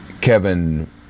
Kevin